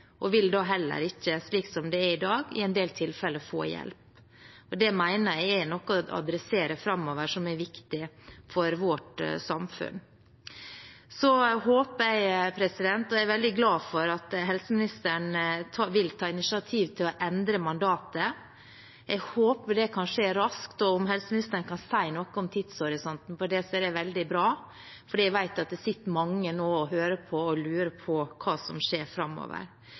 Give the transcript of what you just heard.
og vil da heller ikke, slik som det er i dag i en del tilfeller, få hjelp. Det mener jeg er noe å adressere framover som er viktig for vårt samfunn. Jeg er veldig glad for at helseministeren vil ta initiativ til å endre mandatet. Jeg håper det kan skje raskt, og om helseministeren kan si noe om tidshorisonten på det, er det veldig bra, for jeg vet at det sitter mange nå og hører på og lurer på hva som skjer framover.